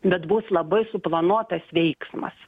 bet bus labai suplanuotas veiksmas